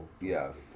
Yes